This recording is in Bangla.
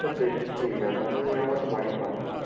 আচ্ছা বেশ ঠিক আছে আমি আমার তো বাড়ির পাশেই